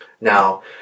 Now